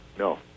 No